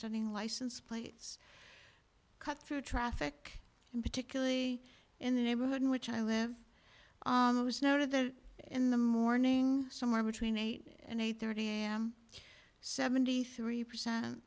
studying license plates cut through traffic and particularly in the neighborhood in which i live noted that in the morning somewhere between eight and eight thirty am seventy three percent